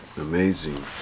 Amazing